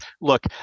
Look